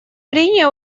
прения